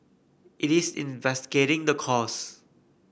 it is investigating the cause